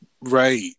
Right